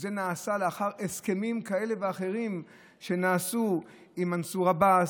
שזה נעשה לאחר הסכמים כאלה ואחרים שנעשו עם מנסור עבאס,